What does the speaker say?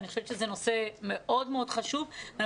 אני חושבת שזה נושא מאוד מאוד חשוב ואני